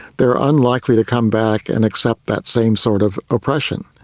they are unlikely to come back and accept that same sort of oppression,